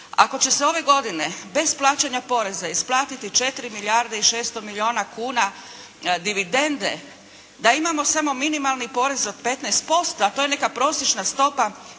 Ako će se ove godine bez plaćanja poreza isplatiti 4 milijarde i 600 milijuna kuna dividende, da imamo samo minimalni porez od 15%, a to je neka prosječna stopa